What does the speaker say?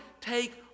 take